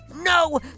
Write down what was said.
No